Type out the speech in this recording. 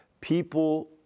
people